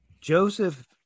joseph